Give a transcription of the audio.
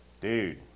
dude